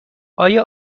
آیا